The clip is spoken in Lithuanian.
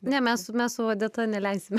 ne mes mes su odeta neleisime